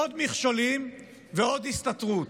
עוד מכשולים ועוד הסתתרות,